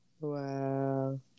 Wow